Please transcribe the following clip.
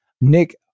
Nick